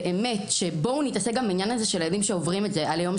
בוא נתעסק בעניין של היום שאחרי,